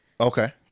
Okay